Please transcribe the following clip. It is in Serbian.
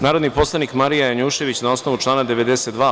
Narodni poslanik Marija Janjušević, na osnovu člana 92.